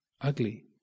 ugly